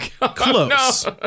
close